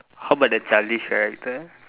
how about the childish character